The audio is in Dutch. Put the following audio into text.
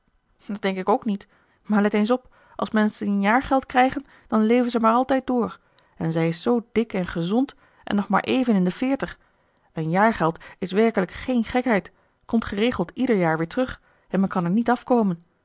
dat denk ik ook niet maar let eens op als menschen een jaargeld krijgen dan leven ze maar altijd door en zij is zoo dik en gezond en nog maar even in de veertig een jaargeld is werkelijk geen gekheid t komt geregeld ieder jaar weer terug en men kan er niet afkomen